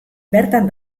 bertan